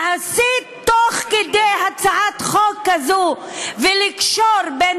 להסית תוך כדי הצעת חוק כזאת ולקשור בין